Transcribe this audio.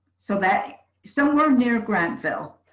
so that somewhere near granville